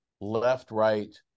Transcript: left-right